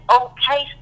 okay